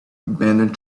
abandoned